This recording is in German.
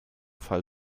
fall